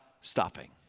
stopping